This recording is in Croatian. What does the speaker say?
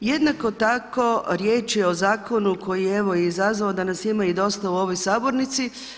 Jednako tako riječ je o zakonu koji je evo izazvao da nas ima i dosta u ovoj sabornici.